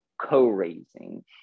co-raising